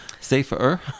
Safer